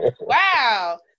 wow